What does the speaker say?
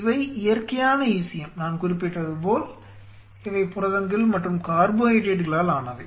இவை இயற்கையான ECM நான் குறிப்பிட்டதுபோல் இவை புரதங்கள் மற்றும் கார்போஹைட்ரேட்டுகளால் ஆனவை